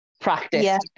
practice